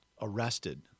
arrested